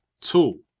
Two